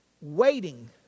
Waiting